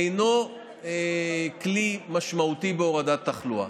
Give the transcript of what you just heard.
אינו כלי משמעותי בהורדת תחלואה,